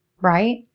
right